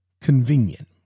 convenient